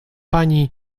pani